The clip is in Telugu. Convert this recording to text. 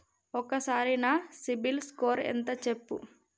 ఒక్కసారి నా సిబిల్ స్కోర్ ఎంత చెప్పు?